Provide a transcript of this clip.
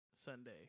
Sunday